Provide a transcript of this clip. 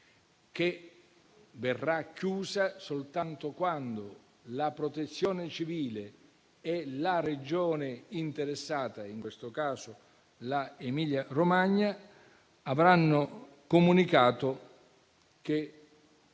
che verrà chiusa soltanto quando la Protezione civile e la Regione interessata, in questo caso l'Emilia-Romagna, avranno comunicato che